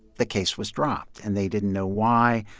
the case was dropped. and they didn't know why,